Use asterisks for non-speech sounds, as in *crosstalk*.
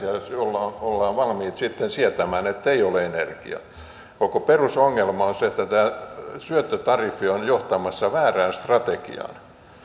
*unintelligible* jos ollaan valmiit sitten sietämään sitä ettei ole energiaa koko perusongelma on se että tämä syöttötariffi on johtamassa väärään strategiaan ei